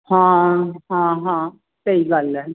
ਹਾਂ ਹਾਂ ਹਾਂ ਸਹੀ ਗੱਲ ਹੈ